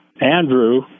Andrew